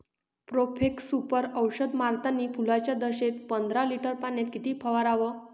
Profex Super औषध मारतानी फुलाच्या दशेत पंदरा लिटर पाण्यात किती फवाराव?